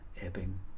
ebbing